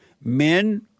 Men